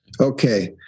Okay